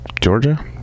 Georgia